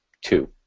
two